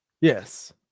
yes